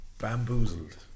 bamboozled